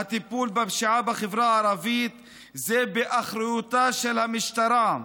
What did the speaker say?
הטיפול בפשיעה בחברה הערבית הוא באחריות המשטרה,